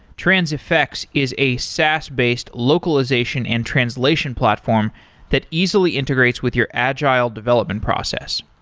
transifex is a saas based localization and translation platform that easily integrates with your agile development process.